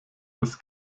des